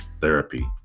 therapy